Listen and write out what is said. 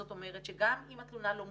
זאת אומרת שגם אם התלונה לא מוצדקת,